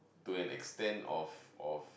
to an extent of of